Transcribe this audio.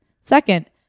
Second